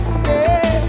say